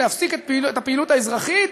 ולהפסיק את הפעילות האזרחית